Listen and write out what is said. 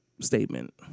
statement